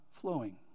flowing